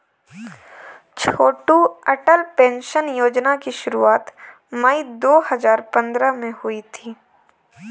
छोटू Atal pension योजना की शुरुआत मई दो हज़ार पंद्रह में हुई थी